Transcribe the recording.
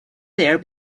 there